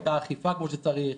הייתה אכיפה כמו שצריך,